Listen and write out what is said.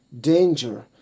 danger